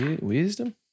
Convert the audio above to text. Wisdom